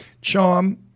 charm